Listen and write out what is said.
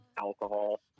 alcohol